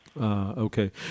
Okay